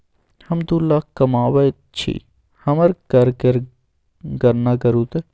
हम दू लाख कमाबैत छी हमर कर केर गणना करू ते